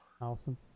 Awesome